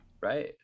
Right